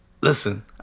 listen